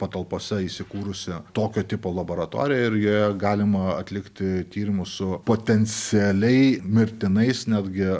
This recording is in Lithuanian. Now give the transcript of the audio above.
patalpose įsikūrusi tokio tipo laboratorija ir joje galima atlikti tyrimus su potencialiai mirtinais netgi